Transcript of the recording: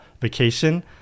vacation